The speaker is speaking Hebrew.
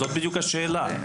זו השאלה.